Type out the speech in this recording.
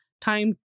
time